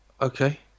Okay